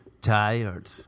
Tired